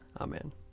Amen